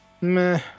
meh